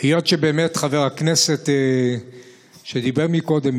היות שחבר הכנסת שדיבר קודם,